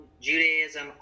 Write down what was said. Judaism